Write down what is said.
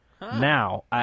Now